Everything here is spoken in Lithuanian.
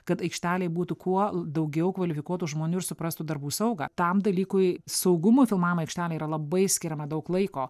kad aikštelėj būtų kuo daugiau kvalifikuotų žmonių ir suprastų darbų saugą tam dalykui saugumui filmavimo aikštelėje yra labai skiriama daug laiko